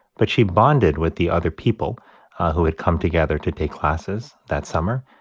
but she bonded with the other people who had come together to take classes that summer.